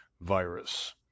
virus